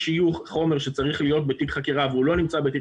שיוך חומר שצריך להיות בתיק חקירה והוא לא נמצא בתיק